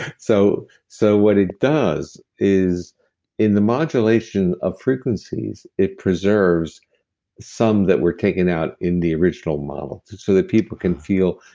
so so what it does, is in the modulation of frequencies, it preserves some that were taken out in the original model, so that people can feel,